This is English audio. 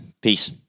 Peace